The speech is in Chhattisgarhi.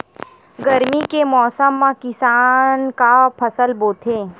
गरमी के मौसम मा किसान का फसल बोथे?